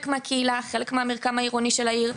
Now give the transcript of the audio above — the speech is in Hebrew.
מהקהילה וחלק מהמרקם העירוני של העיר,